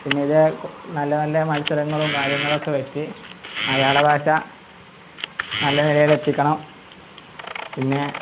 പിന്നെ ഇത് നല്ല നല്ല മത്സരങ്ങളും കാര്യങ്ങളും ഒക്കെ വെച്ച് മലയാള ഭാഷ നല്ല നിലയിൽ എത്തിക്കണം